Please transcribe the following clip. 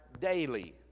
daily